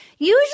Usually